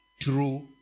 true